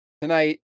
tonight